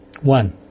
One